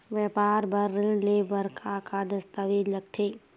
व्यापार बर ऋण ले बर का का दस्तावेज लगथे?